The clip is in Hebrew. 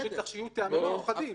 צריכים שיהיו טעמים מיוחדים.